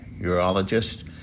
urologist